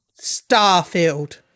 Starfield